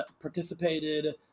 participated